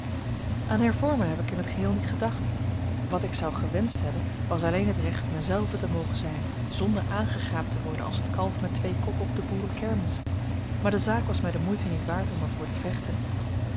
aan hervormen heb ik in t geheel niet gedacht wat ik zou gewenscht hebben was alleen het recht mij zelve te mogen zijn zonder aangegaapt te worden als het kalf met twee koppen op de boerenkermis maar de zaak was mij de moeite niet waard om er voor te vechten